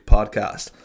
Podcast